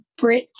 Brits